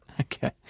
Okay